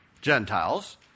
Gentiles